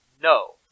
no